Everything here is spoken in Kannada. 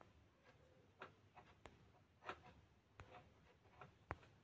ರೊಕ್ಕಾ ಸೇದಾ ಬ್ಯಾಂಕ್ ಖಾತೆಯಿಂದ ತಗೋತಾರಾ?